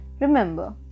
Remember